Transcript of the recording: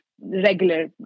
regular